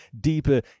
deeper